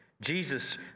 Jesus